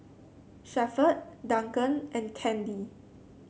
Shepherd Duncan and Candy